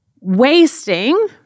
wasting